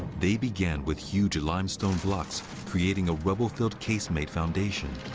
they began with huge limestone blocks creating a rubble-filled casemate foundation.